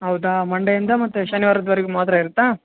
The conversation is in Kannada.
ಹೌದಾ ಮಂಡೆಯಿಂದ ಮತ್ತೆ ಶನಿವಾರದ್ವರ್ಗು ಮಾತ್ರ ಇರುತ್ತಾ